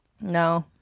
No